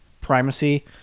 primacy